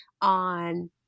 on